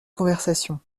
conversation